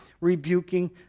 rebuking